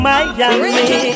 Miami